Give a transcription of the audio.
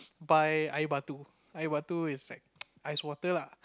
buy I want to I want to is like ice water lah